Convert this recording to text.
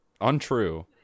untrue